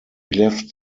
left